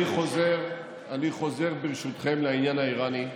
אני חוזר ברשותכם לעניין האיראני,